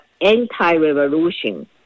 anti-revolution